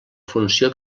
funció